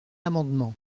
l’amendement